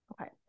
Okay